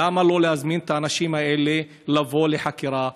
למה לא להזמין את האנשים האלה לבוא לחקירה?